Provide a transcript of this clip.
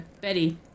Betty